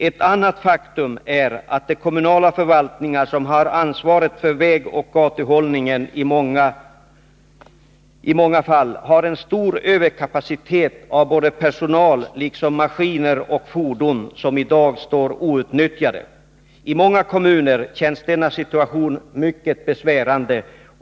Ett annat faktum är att de kommunala förvaltningar som har ansvaret för vägoch gatuhållningen i många fall har en stor överkapacitet av såväl personal som maskiner och fordon. I dag är kapaciteten i stor utsträckning outnyttjad.